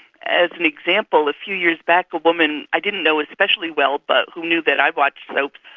as an example, a few years back a woman i didn't know especially well, but who knew that i watched soaps,